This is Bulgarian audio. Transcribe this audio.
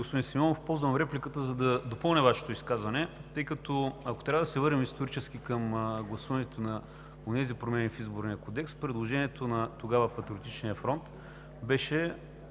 господин Симеонов, ползвам репликата, за да допълня Вашето изказване. Ако трябва да се върнем исторически към гласуването на онези промени в Изборния кодекс, предложението на тогава „Патриотичния фронт“ беше